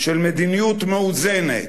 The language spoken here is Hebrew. של מדיניות מאוזנת.